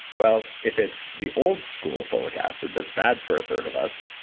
well, if it's the old school folic acid that's bad for a third of us,